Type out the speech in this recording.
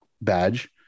badge